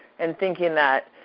and thinking that,